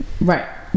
right